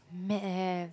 Matt have